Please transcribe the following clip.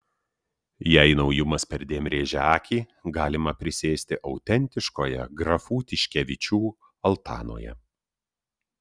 jei naujumas perdėm rėžia akį galima prisėsti autentiškoje grafų tiškevičių altanoje